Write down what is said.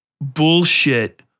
bullshit